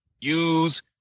use